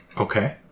Okay